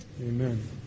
Amen